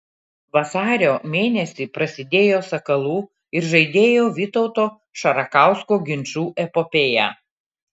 vasario mėnesį prasidėjo sakalų ir žaidėjo vytauto šarakausko ginčų epopėja